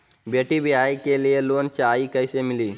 बेटी ब्याह के लिए लोन चाही, कैसे मिली?